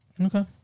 Okay